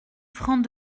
francs